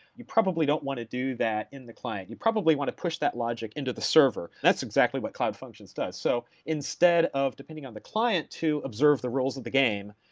you probably don't want to do that in the client. you probably want to push that logic into the server. that's exactly what cloud functions does. so instead of depending on the client to observe the rules of the game,